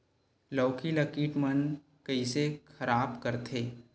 लौकी ला कीट मन कइसे खराब करथे?